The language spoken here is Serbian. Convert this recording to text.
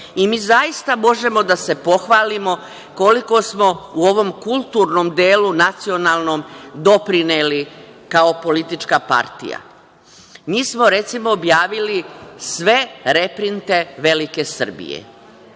i mi zaista možemo da se pohvalimo koliko smo u ovom kulturnom delu, nacionalnom doprineli kao politička partija. Mi smo recimo objavili sve reprinte „Velike Srbije“